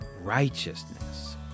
righteousness